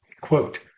quote